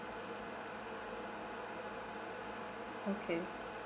okay